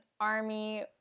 army